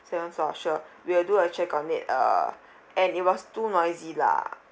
for sure we'll do a check on it uh and it was too noisy lah